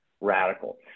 Radical